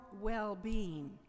well-being